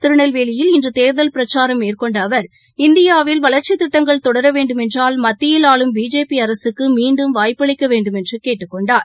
திருநெல்வேலியில் இன்றுதேர்தல் பிரச்சாரம் மேற்கொண்டஅவர் இந்தியாவில் வளர்ச்சித் திட்டங்கள் தொடரவேண்டுமென்றால் மத்தியில் ஆளும் பிஜேபிஅரசுக்குமீண்டும் வாய்ப்பளிக்கவேண்டுமென்றுகேட்டுக் கொண்டார்